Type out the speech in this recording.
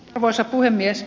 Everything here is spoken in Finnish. arvoisa puhemies